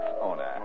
owner